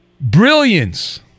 brilliance